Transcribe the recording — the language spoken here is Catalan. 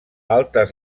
altes